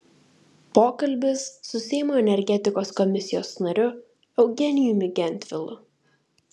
pokalbis su seimo energetikos komisijos nariu eugenijumi gentvilu